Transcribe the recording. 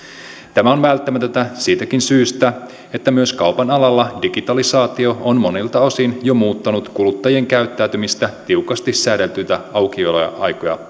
tämä on välttämätöntä siitäkin syystä että myös kaupan alalla digitalisaatio on monilta osin jo muuttanut kuluttajien käyttäytymistä tiukasti säädeltyjä aukioloaikoja